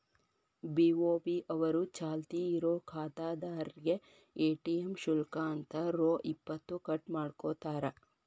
BOB ಅವರು ಚಾಲ್ತಿ ಇರೋ ಖಾತಾದಾರ್ರೇಗೆ ಎ.ಟಿ.ಎಂ ಶುಲ್ಕ ಅಂತ ರೊ ಇಪ್ಪತ್ತು ಕಟ್ ಮಾಡ್ಕೋತಾರ